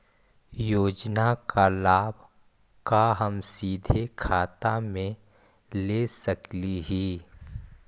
योजना का लाभ का हम सीधे खाता में ले सकली ही?